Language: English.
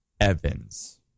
Evans